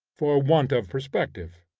for want of perspective.